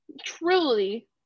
truly